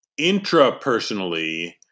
intrapersonally